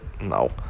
No